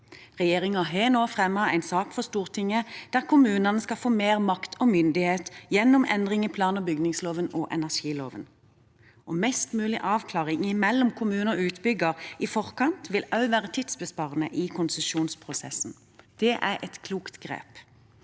Regjeringen har nå fremmet en sak for Stortinget om at kommunene skal få mer makt og myndighet gjennom endring i plan- og bygningsloven og energiloven. Mest mulig avklaring mellom kommune og utbygger i forkant vil også være tidsbesparende i konsesjonsprosessen. Det er et klokt grep.